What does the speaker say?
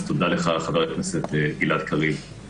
אז תודה לך חבר הכנסת גלעד קריב.